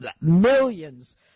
millions –